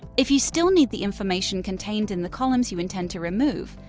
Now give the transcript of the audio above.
if you still need the information contained in the columns you intend to remove,